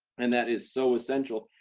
and that is so essential,